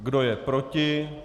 Kdo je proti?